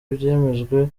ibyemejwe